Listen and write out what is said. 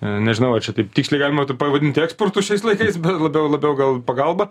nežinau ar čia taip tiksliai galima taip pavadinti eksportas šiais laikais labiau labiau gal pagalba